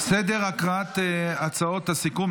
סדר הקראת הצעות הסיכום,